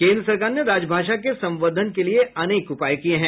केन्द्र सरकार ने राजभाषा के संवर्धन के लिए अनेक उपाय किये हैं